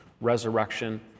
resurrection